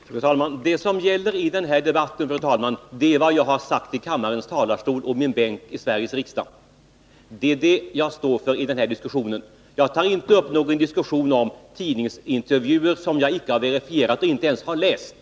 Fru talman! Vad som gäller i debatten är vad jag har sagt i kammarens talarstol och i min bänk i Sveriges riksdag. Det är det jag står för i den här diskussionen. Jag tar inte upp någon diskussion om tidningsintervjuer som jag inte har verifierat och icke ens har läst.